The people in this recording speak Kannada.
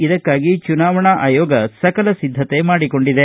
ಇದಕ್ಕಾಗಿ ಚುನಾವಣಾ ಆಯೋಗ ಸಕಲ ಸಿದ್ದತೆ ಮಾಡಿಕೊಂಡಿದೆ